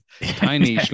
tiny